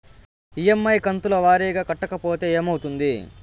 EMI కంతుల వారీగా కట్టకపోతే ఏమవుతుంది?